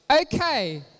Okay